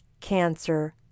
cancer